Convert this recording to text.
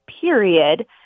period